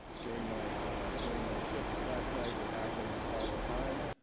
during my during my shift last night. it happens all the time.